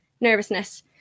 nervousness